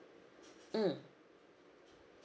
mm